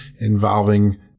involving